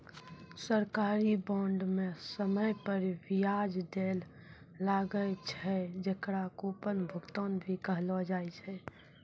सरकारी बांड म समय पर बियाज दैल लागै छै, जेकरा कूपन भुगतान भी कहलो जाय छै